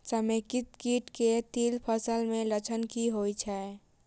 समेकित कीट केँ तिल फसल मे लक्षण की होइ छै?